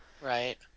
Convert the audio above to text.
right